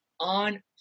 On